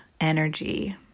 energy